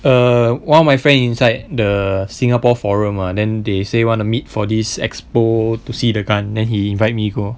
err one of my friend inside the singapore forum ah then they say wanna meet for this expo to see the gun then he invite me go